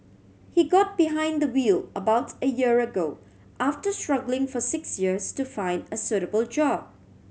he got behind the wheel about a year ago after struggling for six years to find a suitable job